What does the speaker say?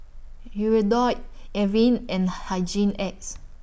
Avene and Hygin X